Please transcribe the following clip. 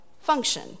function